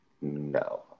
No